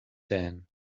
dan